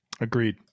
Agreed